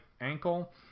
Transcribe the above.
ankle